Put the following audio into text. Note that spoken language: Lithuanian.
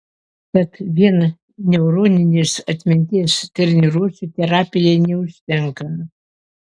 tad vien neuroninės atminties treniruočių terapijai neužtenka